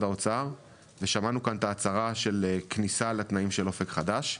האוצר ושמענו כאן את ההצהרה של הכניסה לתנאים של אופק חדש,